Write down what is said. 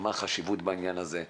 מה החשיבות בעניין הזה,